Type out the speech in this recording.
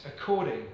according